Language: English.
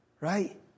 right